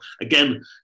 again